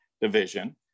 division